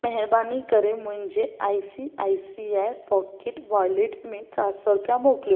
महिरबानी करे मुंहिंजे I C I C I pocket wallet में चारि सौ रुपिया मोकिलियो